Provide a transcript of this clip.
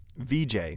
VJ